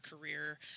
career